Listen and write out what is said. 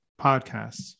podcasts